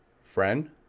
friend